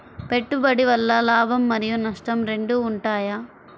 పెట్టుబడి వల్ల లాభం మరియు నష్టం రెండు ఉంటాయా?